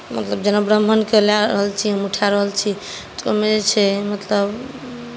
मतलब जेना हम ब्राम्हणके लए रहल छी हम उठा रहल छी तऽ ओहिमे जे छै मतलब